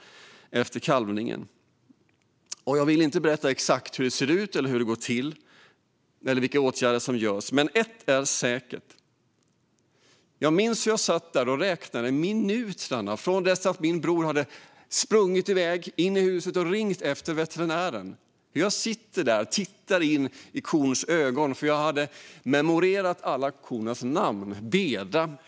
Jag vill inte berätta exakt hur det ser ut, hur det går till eller vilka åtgärder som görs, men ett är säkert: Jag minns hur jag satt där och räknade minuterna från det att min bror hade sprungit in i huset och ringt efter veterinären. Jag satt där och tittade in i kons ögon. Hon hette Beda; jag hade memorerat alla kors namn.